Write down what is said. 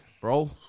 Bro